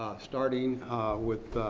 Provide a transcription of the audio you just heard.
starting with